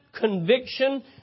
conviction